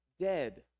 dead